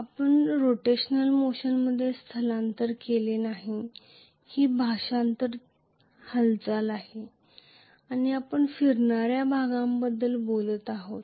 ही translational motion system आहे आणि आम्ही याबद्दल हालचाल करणारा भाग म्हणून बोलत आहोत